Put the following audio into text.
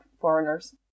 foreigners